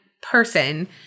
person